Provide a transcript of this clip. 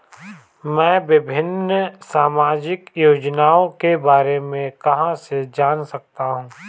मैं विभिन्न सामाजिक योजनाओं के बारे में कहां से जान सकता हूं?